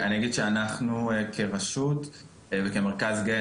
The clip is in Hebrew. אני אגיד שאנחנו כרשות וכמרכז גאה,